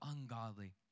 ungodly